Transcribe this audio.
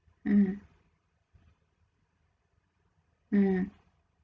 mm mm